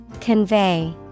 Convey